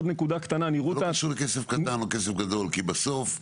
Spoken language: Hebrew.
עוד נקודה קטנה -- לא קשור לכסף קטן או כסף גדול כי בסוף,